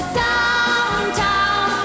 downtown